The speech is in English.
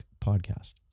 podcast